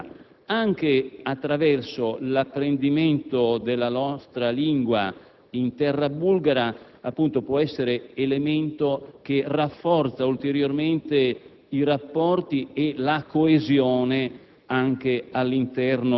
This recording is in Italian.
di esprimere cultura, anche attraverso l’apprendimento della nostra lingua in terra bulgara, costituisca un elemento che rafforzi ulteriormente i rapporti e la coesione